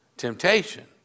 Temptation